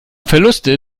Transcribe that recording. verluste